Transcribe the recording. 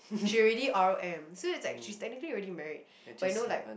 she already r_o_m so it's like she's technically already married but you know like